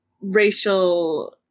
racial